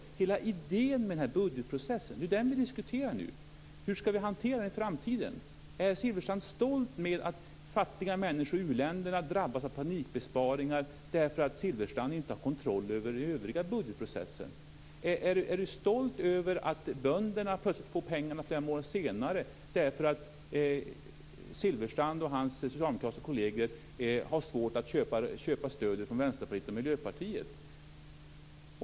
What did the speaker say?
Vi diskuterar nu hela idén med budgetprocessen. Hur ska vi hantera den i framtiden? Är Silfverstrand stolt över att fattiga människor i u-länderna drabbas av panikbesparingar därför att Silfverstrand inte har kontroll över övriga budgetprocessen? Är Silfverstrand stolt över att bönderna får pengarna flera månader senare därför att Silfverstrand och hans socialdemokratiska kolleger har svårt att köpa stöd från Vänsterpartiet och Miljöpartiet?